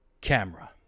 camera